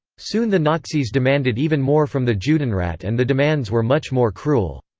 soon the nazis demanded even more from the judenrat and the demands were much more cruel.